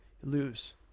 lose